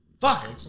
Fuck